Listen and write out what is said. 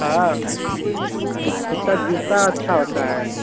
हाँ उसका जूसा अच्छा होता है